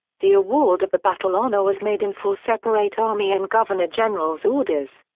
the award of the battle honour was made in four separate army and governor general's orders.